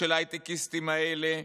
של ההייטקיסטים האלה,